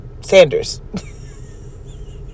Sanders